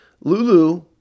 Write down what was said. Lulu